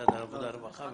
משרד העבודה והרווחה?